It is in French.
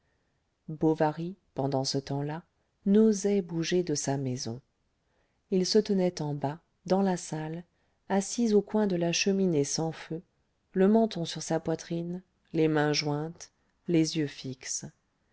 bovary pendant ce temps-là n'osait bouger de sa maison il se tenait en bas dans la salle assis au coin de la cheminée sans feu le menton sur sa poitrine les mains jointes les yeux fixes